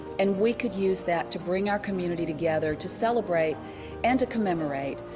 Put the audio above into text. and we could use that to bring our community together to celebrate and to commemorate.